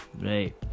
right